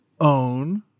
own